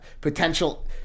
potential